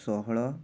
ଷୋହଳ